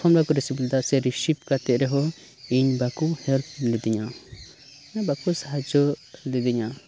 phone ᱵᱟᱠᱚ receive ᱞᱮᱫᱟ ᱥᱮ ᱨᱤᱥᱤᱵᱷ ᱠᱟᱛᱮ ᱨᱮᱦᱚᱸ ᱤᱧ ᱵᱟᱠᱚ ᱦᱮᱞᱯ ᱞᱮᱫᱤᱧᱟ ᱢᱟᱱᱮ ᱵᱟᱠᱚ ᱥᱟᱦᱟᱡᱽᱡᱚ ᱞᱤᱫᱤᱧᱟ